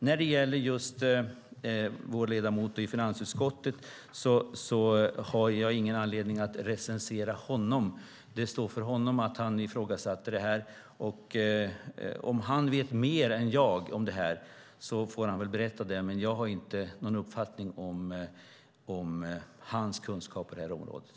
När det gäller vår ledamot i finansutskottet har jag ingen anledning att recensera honom. Det står för honom att han ifrågasatte dessa saker. Om han vet mer än jag får han väl berätta det, men jag har inte någon uppfattning om hans kunskaper på området.